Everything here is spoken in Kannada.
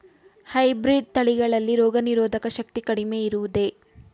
ಹೈಬ್ರೀಡ್ ತಳಿಗಳಲ್ಲಿ ರೋಗನಿರೋಧಕ ಶಕ್ತಿ ಕಡಿಮೆ ಇರುವುದೇ?